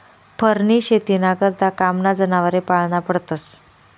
फरनी शेतीना करता कामना जनावरे पाळना पडतस